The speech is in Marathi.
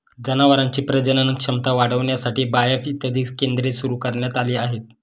जनावरांची प्रजनन क्षमता वाढविण्यासाठी बाएफ इत्यादी केंद्रे सुरू करण्यात आली आहेत